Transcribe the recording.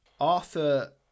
arthur